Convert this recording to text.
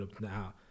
now